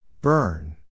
Burn